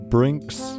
Brinks